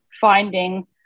finding